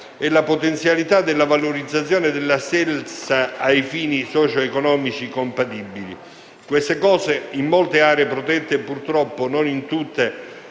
e la potenzialità della valorizzazione della stessa a fini socioeconomici compatibili. Questi elementi, in molte aree protette - purtroppo non in tutte